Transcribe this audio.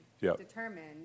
determined